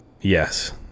Yes